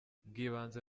bw’ibanze